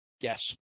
Yes